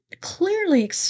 Clearly